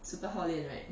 super hao lian right